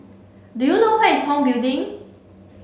do you know where is Tong Building